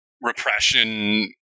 repression